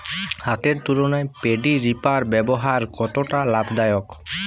হাতের তুলনায় paddy reaper ব্যবহার কতটা লাভদায়ক?